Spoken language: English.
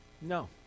No